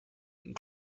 and